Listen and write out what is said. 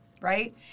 right